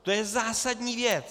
To je zásadní věc.